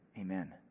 Amen